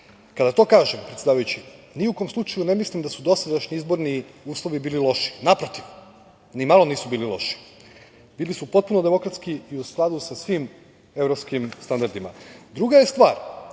to kažem, predsedavajući, ni u kom slučaju ne mislim da su dosadašnji izborni uslovi bili loši, naprotiv, ni malo nisu bili loši. Bili su potpuno demokratski i u skladu sa svim evropskim standardima. Druga je stvar